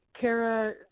Kara